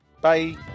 Bye